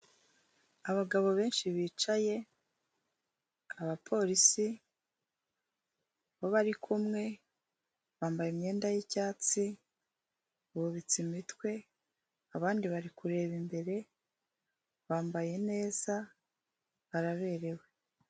Abagabo benshi bicaye, abapolisi bo baririku bambaye imyenda y'icyatsi, bubitse imitwe abandi bari kureba imbere, bambaye neza, baraberewe.